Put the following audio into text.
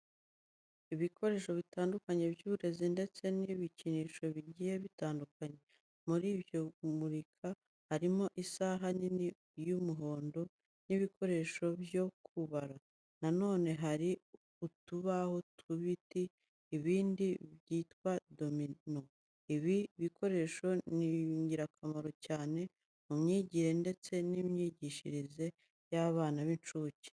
Ibikoresho bitandukanye by'uburezi ndetse n'ibikinisho bigiye bitandukanye. Muri iryo murika, harimo isaha nini y'umuhondo n'ibikoresho byo kubara. Na none hari utubaho tw'ibiti, ibibindi byitwa domino, ibi bikoresho ni ingirakamaro cyane mu myigire ndetse n'imyigishirize y'abana b'incuke.